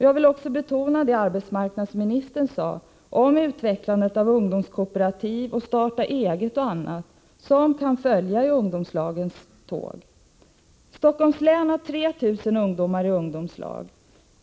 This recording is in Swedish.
Jag vill också betona det arbetsmarknadsministern sade om utvecklandet av ungdomskooperativ och starta-eget-projekt m.m. som kan följa i ungdomslagens spår. Stockholms län har 3 000 ungdomar i ungdomslag.